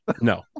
No